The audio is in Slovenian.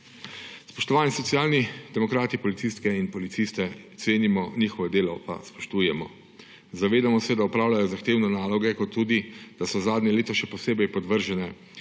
Spoštovani! Socialni demokrati, policistke in policiste cenimo, njihovo delo pa spoštujemo. Zavedamo se, da opravljajo zahtevne naloge in da so zadnje leto še posebej podvrženi